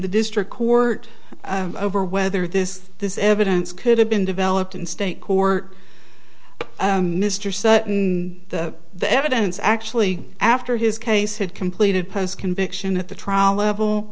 the district court over whether this this evidence could have been developed in state court mr sutton the evidence actually after his case had completed post conviction at the trial level